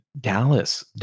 Dallas